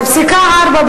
בפסקה (4),